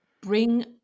Bring